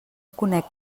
conec